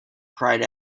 cried